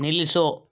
ನಿಲ್ಲಿಸು